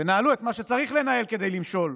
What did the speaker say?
תנהלו את מה שצריך לנהל כדי למשול.